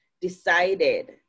decided